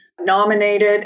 nominated